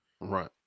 Right